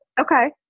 okay